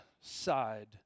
side